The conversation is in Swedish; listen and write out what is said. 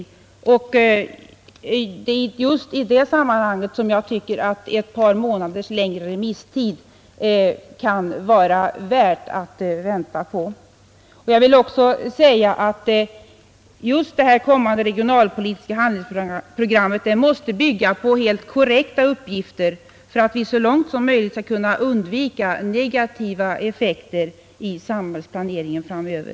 Då tycker jag att det kan vara värt den väntan som ett par månaders längre remisstid skulle innebära. Jag vill också säga att det kommande regionalpolitiska handlingsprogrammet ju också måste bygga på helt korrekta uppgifter, så att vi så långt möjligt undviker negativa effekter i samhällsplaneringen framöver.